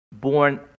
born